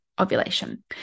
Ovulation